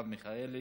מרב מיכאלי,